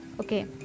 Okay